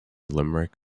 limerick